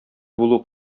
булу